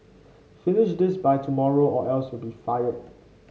finish this by tomorrow or else you'll be fired